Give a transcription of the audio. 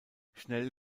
schnell